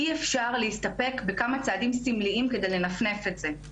אי אפשר להסתפק בכמה צעדים סמליים כדי לנפנף את זה.